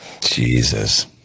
Jesus